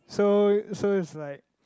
so so it's like